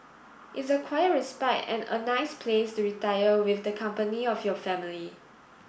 it's a quiet respite and a nice place to retire with the company of your family